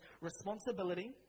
responsibility